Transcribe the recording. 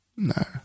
No